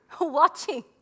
watching